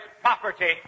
property